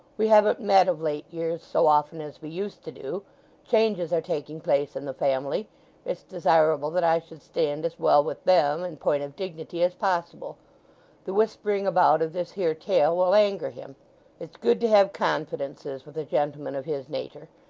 we haven't met of late years so often as we used to do changes are taking place in the family it's desirable that i should stand as well with them, in point of dignity, as possible the whispering about of this here tale will anger him it's good to have confidences with a gentleman of his natur',